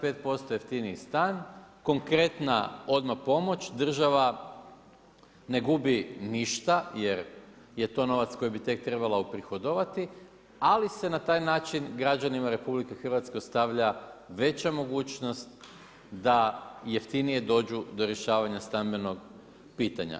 PDV-a 25% jeftiniji stan, konkretna odmah pomoć, država ne gubi ništa jer je to novac koji bi tek trebalo uprihodovati, ali se na taj način građanima RH ostavlja veća mogućnost da jeftinije dođu do rješavanja stambenog pitanja.